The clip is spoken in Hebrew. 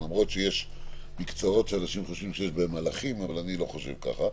למרות שיש מקצועות שאנשים חושבים שיש בהם מלאכים אבל אני לא חושב כך,